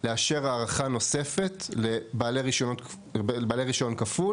לאשר הארכה נוספת לבלי רישיון כפול